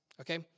Okay